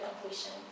completion